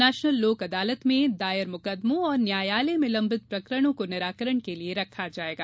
national Lok Adalat में prelitigation और न्यायालय में लंबित प्रकरणों को निराकरण के लिए रखा जायेगा